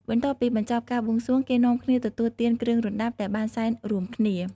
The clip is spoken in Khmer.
បន្ទាប់ពីបញ្ចប់ការបួងសួង គេនាំគ្នាទទួលទានគ្រឿងរណ្តាប់ដែលបានសែនរួមគ្នា។